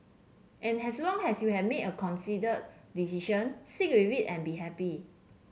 and as long as you have made a considered decision stick with it and be happy